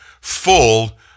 full